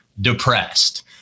depressed